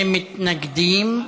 מתנגדים.